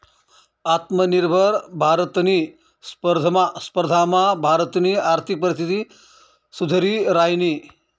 आत्मनिर्भर भारतनी स्पर्धामा भारतनी आर्थिक परिस्थिती सुधरि रायनी